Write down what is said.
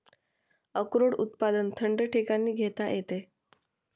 अक्रोड उत्पादन थंड ठिकाणी घेता येते